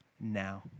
now